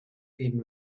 been